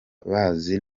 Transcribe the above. bazi